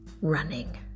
Running